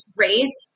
raise